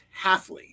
Halfley